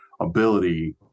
ability